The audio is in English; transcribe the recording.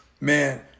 man